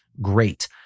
great